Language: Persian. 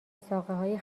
ساقههای